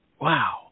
Wow